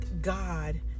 God